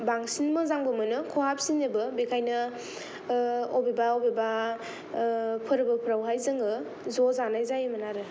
बांसिन मोजांबो मोनो ख'हाबसिनोबो बेखायनो अबेबा अबेबा ओ फोरबो फ्रावहाय जोङो ज' जानाय जायोमोन आरो